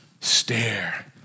stare